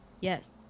Yes